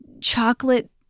chocolate